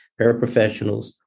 paraprofessionals